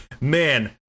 Man